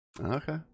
Okay